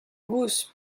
gousses